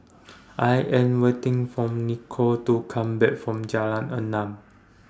I Am waiting For Nicolle to Come Back from Jalan Enam